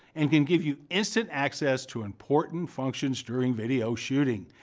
and can give you instant access to important functions during video shooting.